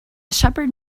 shepherd